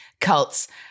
cults